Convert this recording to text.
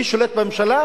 מי ששולט בממשלה,